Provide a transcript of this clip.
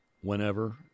whenever